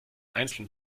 einzelnen